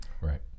Right